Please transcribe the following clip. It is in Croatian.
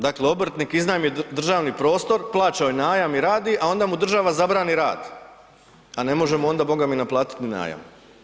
Dakle, obrtnik iznajmi državni prostor, plaća joj najam i radi, a onda mu država zabrani rad, a ne može mu onda bogami naplatiti ni najam.